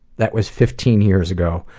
that was fifteen years ago,